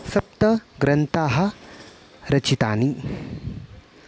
सप्त ग्रन्थाः रचितानि